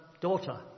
Daughter